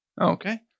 Okay